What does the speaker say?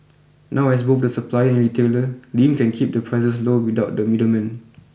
now as both the supplier and retailer Lin can keep the prices low without the middleman